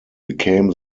became